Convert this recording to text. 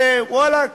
שוואללה,